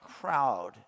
crowd